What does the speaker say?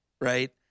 right